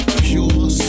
pure